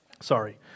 Sorry